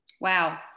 Wow